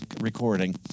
recording